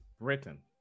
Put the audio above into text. Britain